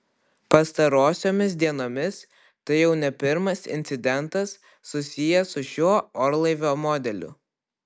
pastarosiomis dienomis tai jau ne pirmas incidentas susijęs su šiuo orlaivio modeliu